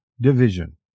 division